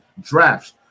drafts